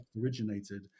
originated